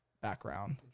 background